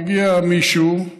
מגיע מישהו,